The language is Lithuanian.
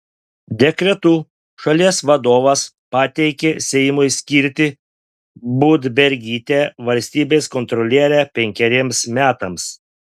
dekretu šalies vadovas pateikė seimui skirti budbergytę valstybės kontroliere penkeriems metams